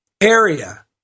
area